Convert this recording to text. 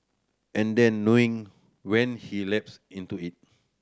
and then knowing when he lapse into it